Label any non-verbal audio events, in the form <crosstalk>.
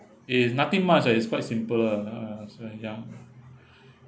it is nothing much ah it's quite simple ah so when young <breath>